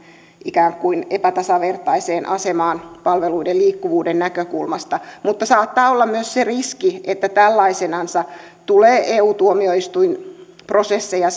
ikään kuin epätasavertaiseen asemaan palveluiden liikkuvuuden näkökulmasta mutta saattaa olla myös se riski että tällaisenansa tulee eu tuomioistuinprosesseja